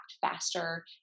faster